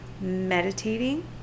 meditating